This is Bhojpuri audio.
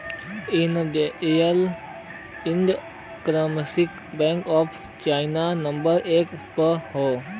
industrial and commercial bank of China number एक पे हौ